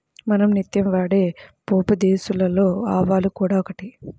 మనం నిత్యం వాడే పోపుదినుసులలో ఆవాలు కూడా ఒకటి